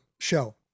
show